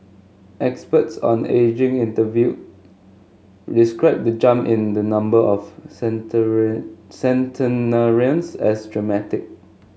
experts on ageing interviewed described the jump in the number of centenarians as dramatic